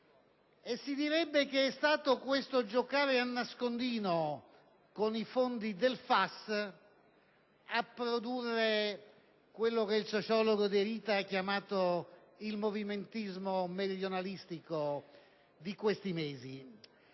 si direbbe che è stato questo giocare a nascondino con i fondi del FAS a produrre ciò che il sociologo De Rita ha definito il "movimentismo meridionalistico" di questi mesi.